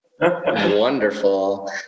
wonderful